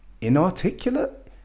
inarticulate